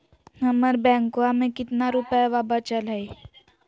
हमर बैंकवा में कितना रूपयवा बचल हई?